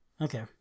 Okay